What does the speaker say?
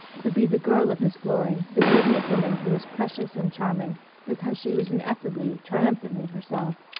would be the girl of his glory, the radiant woman who was precious and charming because she was ineffably, triumphantly herself.